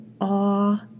awe